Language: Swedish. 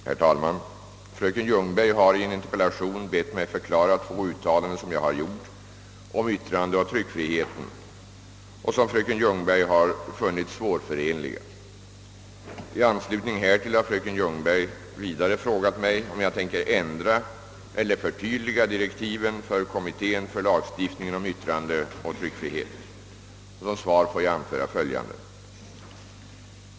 Herr talman! Fröken Ljungberg har i en interpellation bett mig förklara två uttalanden som jag har gjort om yttrandeoch tryckfriheten och som fröken Ljungberg har funnit svårförenliga. I anslutning härtill har fröken Ljungberg vidare frågat mig om jag tänker ändra eller förtydliga direktiven för kommittén för lagstiftningen om yttrandeoch tryckfrihet. Som svar får jag anföra.